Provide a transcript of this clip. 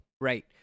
right